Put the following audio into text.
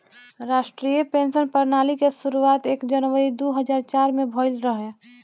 राष्ट्रीय पेंशन प्रणाली के शुरुआत एक जनवरी दू हज़ार चार में भईल रहे